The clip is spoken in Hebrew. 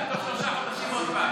עוד חודשיים, עוד שלושה חודשים, עוד פעם?